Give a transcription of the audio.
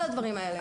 ובכל דבר.